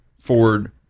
Ford